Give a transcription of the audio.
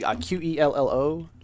Q-E-L-L-O